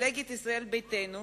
מפלגת ישראל ביתנו,